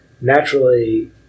naturally